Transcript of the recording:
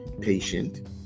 patient